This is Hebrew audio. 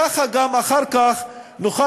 ככה גם נוכל אחר כך לעקוב,